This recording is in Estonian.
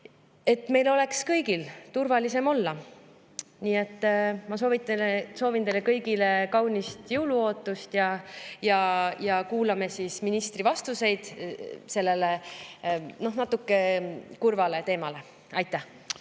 kõigil oleks turvalisem olla. Nii et ma soovin teile kõigile kaunist jõuluootust ja kuulame ministri vastuseid sellel natuke kurval teemal. Aitäh!